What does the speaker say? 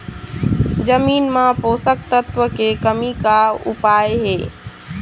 जमीन म पोषकतत्व के कमी का उपाय हे?